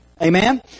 Amen